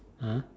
!huh!